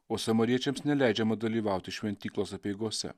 o samariečiams neleidžiama dalyvauti šventyklos apeigose